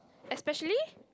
especially